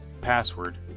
password